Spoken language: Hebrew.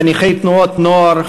חניכי תנועות נוער,